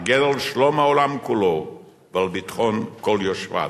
להגן על שלום העולם כולו ועל ביטחון כל יושביו.